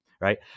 Right